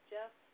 Jeff